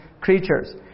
creatures